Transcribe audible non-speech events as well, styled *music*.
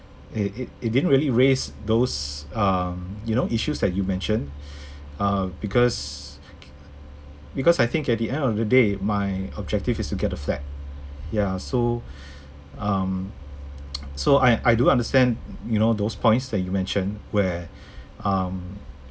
it it it didn't really raise those um you know issues that you mentioned uh because because I think at the end of the day my objective is to get a flat ya so um *noise* so I I do understand y~ you know those points that you mentioned where um